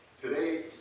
Today